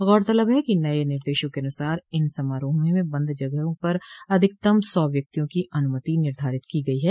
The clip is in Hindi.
गौरतलब है कि नये निर्देशों के अनुसार इन समारोहों में बंद जगहो प पर अधिकतम सौ व्यक्तियों की अन्मति निर्धारित की गई है